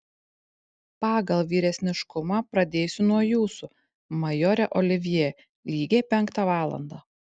pagal vyresniškumą pradėsiu nuo jūsų majore olivjė lygiai penktą valandą